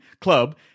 club